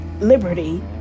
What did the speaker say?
liberty